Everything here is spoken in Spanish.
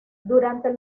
durante